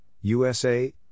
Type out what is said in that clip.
USA